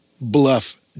bluff